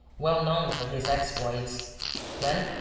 well-known for his exploits then,